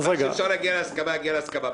מה שאפשר להגיע להסכמה, נגיע להסכמה.